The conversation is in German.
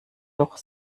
doch